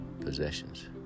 possessions